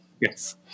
Yes